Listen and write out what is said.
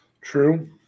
True